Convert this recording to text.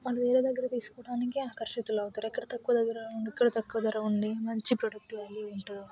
వేరే వాళ్ళ దగ్గర తీసుకోవటానికి ఆకర్షితులు అవుతారు ఎక్కడ తక్కువ దగ్గర ఎక్కడ తక్కువ ధర ఉండి మంచి ప్రొడక్ట్ అయి ఉంటుందో